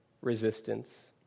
resistance